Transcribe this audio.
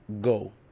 go